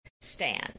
stand